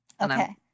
Okay